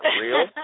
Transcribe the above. real